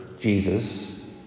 Jesus